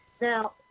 Now